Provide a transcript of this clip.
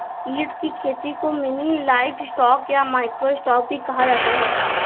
कीट की खेती को मिनी लाइवस्टॉक या माइक्रो स्टॉक भी कहा जाता है